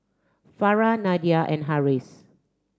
Farah Nadia and Harris